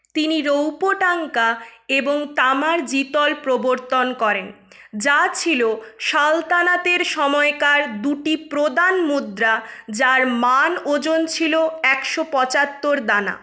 তিনি রৌপ্য টাঙ্কা এবং তামার জিতল প্রবর্তন করেন যা ছিল সালতানাতের সময়কার দুটি প্রদান মুদ্রা যার মান ওজন ছিল একশো পঁচাত্তর দানা